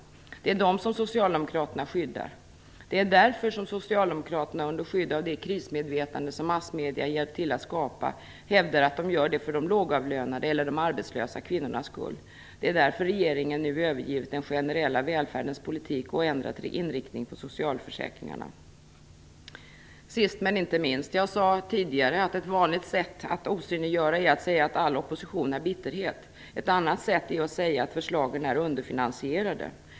Det är dem som Socialdemokraterna skyddar. Det är därför som Socialdemokraterna under skydd av det krismedvetande som massmedierna hjälpt till att skapa hävdar att de gör det för de lågavlönade eller arbetslösa kvinnornas skull. Det är därför som regeringen övergivit den generella välfärdens politik och ändrat inriktningen på socialförsäkringarna. Sist men inte minst: Jag sade tidigare att ett vanligt sätt att osynliggöra är att säga att all opposition är bitterhet. Ett annat är att säga att förslagen är underfinansierade.